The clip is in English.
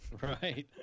Right